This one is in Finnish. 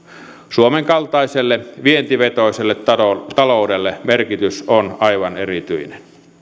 suomen kaltaiselle vientivetoiselle taloudelle merkitys on aivan erityinen